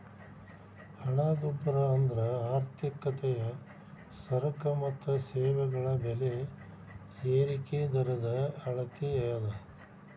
ಹಣದುಬ್ಬರ ಅಂದ್ರ ಆರ್ಥಿಕತೆಯ ಸರಕ ಮತ್ತ ಸೇವೆಗಳ ಬೆಲೆ ಏರಿಕಿ ದರದ ಅಳತಿ ಅದ